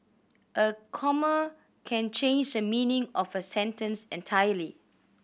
a comma can change the meaning of a sentence entirely